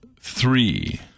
three